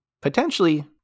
potentially